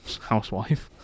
housewife